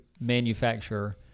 manufacturer